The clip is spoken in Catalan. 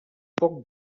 poc